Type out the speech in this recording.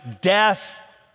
death